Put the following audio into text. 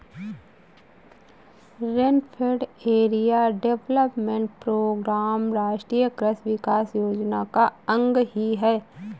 rainfed area development programme राष्ट्रीय कृषि विकास योजना का अंग ही है